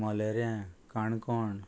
मलेऱ्यां Canacona